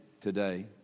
today